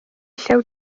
llew